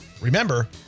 Remember